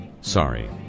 sorry